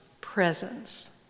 presence